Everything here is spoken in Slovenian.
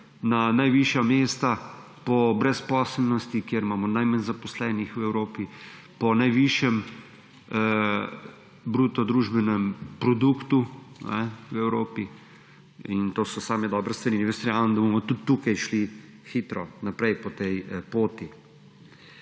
na najvišja mesta po brezposelnosti, kjer imamo najmanj zaposlenih v Evropi, po najvišjem bruto družbenem produktu v Evropi. In to so same dobre stvari in verjamem, da bomo tudi tukaj šli hitro naprej po tej poti.